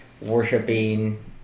worshipping